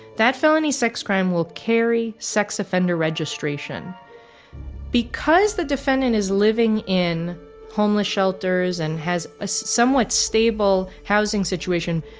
that felony sex crime will carry sex offender registration because the defendant is living in homeless shelters and has a somewhat stable housing situation.